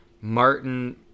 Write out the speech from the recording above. Martin